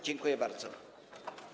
Dziękuję bardzo.